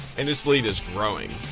and this lead is growing.